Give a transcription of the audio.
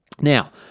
Now